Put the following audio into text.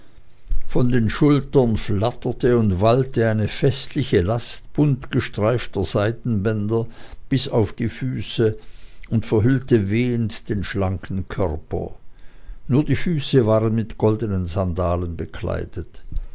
von den schultern flatterte und wallte eine festliche last buntgestreifter seidenbänder bis auf die füße und verhüllte wehend den schlanken körper nur die füße waren mit goldenen sandalen bekleidet